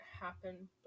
happen